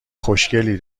خوشگلی